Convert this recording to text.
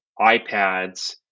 iPads